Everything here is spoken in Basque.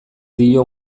dio